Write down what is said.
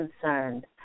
concerned